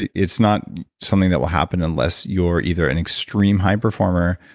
it's not something that will happen unless you're either an extreme high performer,